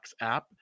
app